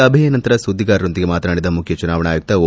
ಸಭೆಯ ನಂತರ ಸುದ್ದಿಗಾರರೊಂದಿಗೆ ಮಾತನಾಡಿದ ಮುಖ್ಯ ಚುನಾವಣಾ ಆಯುಕ್ತ ಓ